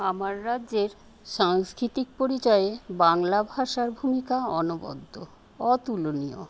আমার রাজ্যের সাংস্কৃতিক পরিচয়ে বাংলা ভাষার ভূমিকা অনবদ্য অতুলনীয়